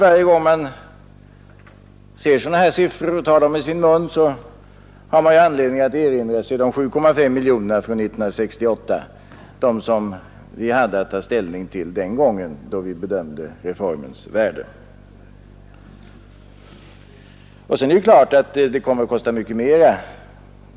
Varje gång man ser sådana siffror och tar dem i sin mun har man anledning att erinra sig de 7,5 miljonerna från 1968, det belopp som vi hade att ta ställning till den gången då vi bedömde reformens värde. Och det är klart att det kommer att kosta mycket mera.